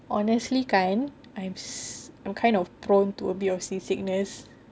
honestly kan I'm kind of prone to a bit of sea sickness